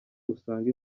usanga